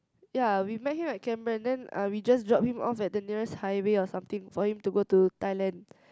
ya we met him at Cameron then uh we just dropped him off at the nearest highway or something for him to go to Thailand